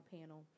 panel